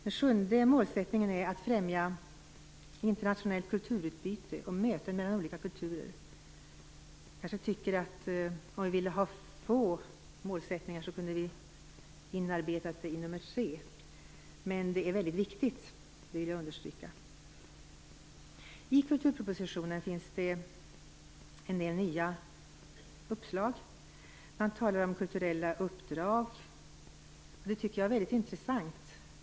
Den sjunde målsättningen är att främja internationellt kulturutbyte och möten mellan olika kulturer. Jag tycker att om man vill ha få målsättningar kunde man kanske ha inarbetat detta i mål nr 3, men jag vill understryka att det är väldigt viktigt. I kulturpropositionen finns en del nya uppslag. Det talas om kulturella uppdrag, vilket jag tycker är väldigt intressant.